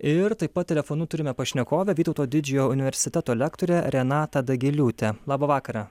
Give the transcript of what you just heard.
ir taip pat telefonu turime pašnekovę vytauto didžiojo universiteto lektorę renatą dagiliūtę labą vakarą